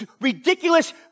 ridiculous